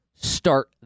Start